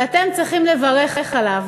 ואתם צריכים לברך עליו,